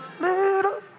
Little